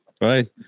right